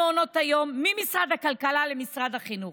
מעונות היום ממשרד הכלכלה למשרד החינוך.